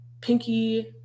pinky